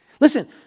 Listen